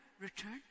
return